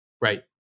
Right